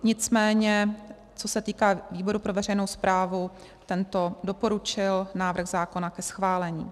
Nicméně co se týče výboru pro veřejnou správu, tento doporučil návrh zákona ke schválení.